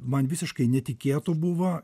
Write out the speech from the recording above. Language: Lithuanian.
man visiškai netikėtų buvo